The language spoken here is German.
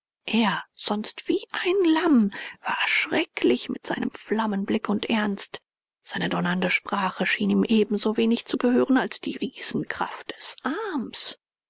er sonst wie ein lamm war schrecklich mit seinem flammenblick und ernst seine donnernde sprache schien ihm eben so wenig zu gehören als die riesenkraft des arms